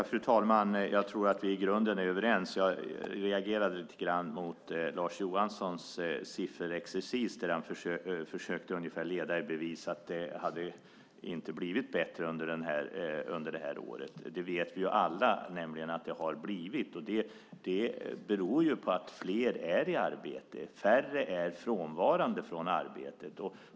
Fru talman! Jag tror att vi i grunden är överens. Jag reagerade lite grann mot Lars Johanssons sifferexercis där han försökte leda i bevis att det inte hade blivit bättre under det här året. Vi vet alla att det har blivit det. Det beror på att fler är i arbete och färre är frånvarande från arbetet.